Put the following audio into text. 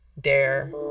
dare